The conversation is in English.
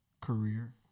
career